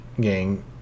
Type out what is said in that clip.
gang